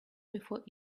before